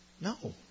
No